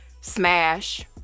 smash